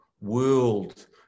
world